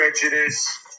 prejudice